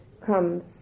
comes